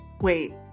wait